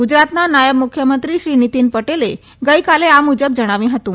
ગુજરાતના નાયબ મુખ્યમંત્રી શ્રી નીતિન પટેલે ગઈકાલે આ મુજબ જણાવ્યું હતું